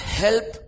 help